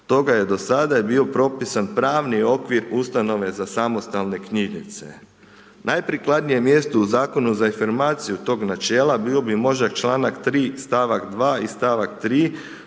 toga je do sada bio propisan pravni okvir ustanove za samostalne knjižnice. Najprikladnije mjesto u zakonu za afirmaciju tog načela bio bi možda članak 3. stavak 2. i stavaka